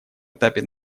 этапе